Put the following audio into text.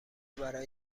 برای